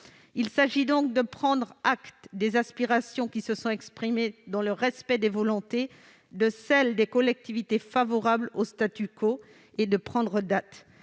Il s'agit donc de prendre acte des aspirations qui se sont exprimées dans le respect des volontés de celles des collectivités qui sont favorables au et de prendre date.